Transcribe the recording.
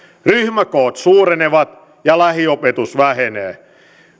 ryhmäkoot suurenevat ja lähiopetus vähenee